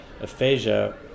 aphasia